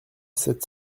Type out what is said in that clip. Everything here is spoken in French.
sept